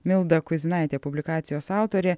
milda kuizinaitė publikacijos autorė